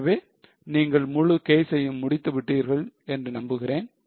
எனவே நீங்கள் முழு கேஸ்சையும் முடித்து விட்டீர்கள் என்று நம்புகிறேன்